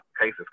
cases